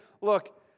look